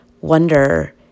wonder